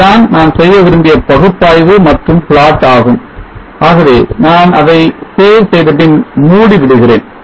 இதுதான் நாம் செய்ய விரும்பிய பகுப்பாய்வு மற்றும் plot ஆகும் ஆகவே நான் அதை save செய்தபின் மூடி விடுகிறேன்